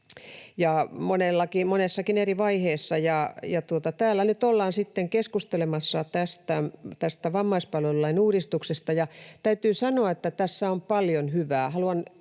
monessakin eri vaiheessa, että täällä nyt ollaan sitten keskustelemassa tästä vammaispalvelulain uudistuksesta. Ja täytyy sanoa, että tässä on paljon hyvää